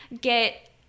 get